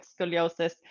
scoliosis